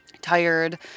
tired